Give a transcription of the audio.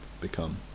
become